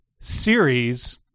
series